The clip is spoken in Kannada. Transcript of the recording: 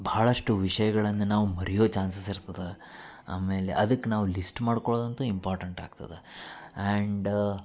ಭಾಳಷ್ಟು ವಿಷಯಗಳನ್ನ ನಾವು ಮರಿಯೊ ಚಾನ್ಸಸ್ ಇರ್ತದ ಆಮೇಲೆ ಅದಕ್ಕೆ ನಾವು ಲಿಸ್ಟ್ ಮಾಡ್ಕೊಳೋದು ಅಂತು ಇಂಪಾರ್ಟೆಂಟ್ ಆಗ್ತದ ಆ್ಯಂಡ್